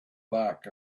back